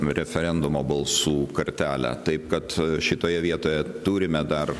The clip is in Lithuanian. referendumo balsų kartelę taip kad šitoje vietoje turime dar